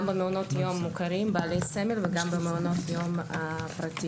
גם במעונות יום מוכרים בעלי סמל וגם במעונות היום הפרטיים.